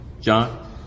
John